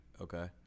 Okay